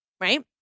Right